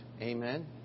Amen